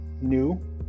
new